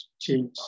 change